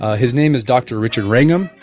ah his name is dr. richard wrangham.